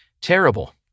terrible